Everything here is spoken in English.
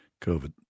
COVID